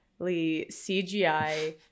cgi